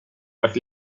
but